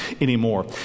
anymore